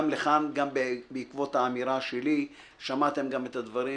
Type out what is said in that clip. גם בעקבות האמירה שלי שמעתם גם את הדברים